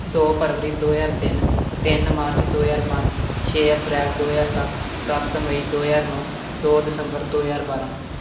ਦੋ ਫਰਵਰੀ ਦੋ ਹਜ਼ਾਰ ਤਿੰਨ ਤਿੰਨ ਮਾਰਚ ਦੋ ਹਜ਼ਾਰ ਪੰਜ ਛੇ ਅਪ੍ਰੈਲ ਦੋ ਹਜ਼ਾਰ ਸੱਤ ਸੱਤ ਮਈ ਦੋ ਹਜ਼ਾਰ ਨੌ ਦੋ ਦਸੰਬਰ ਦੋ ਹਜ਼ਾਰ ਬਾਰ੍ਹਾਂ